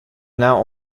now